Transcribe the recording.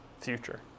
future